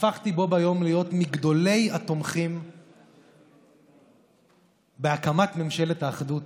והפכתי בו ביום להיות מגדולי התומכים בהקמת ממשלת האחדות.